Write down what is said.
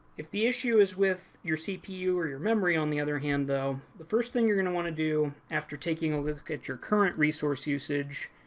if the issue is with your cpu or your memory on the other hand though, the first thing you're going to want to do, after taking a look at your current resource usage,